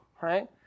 Right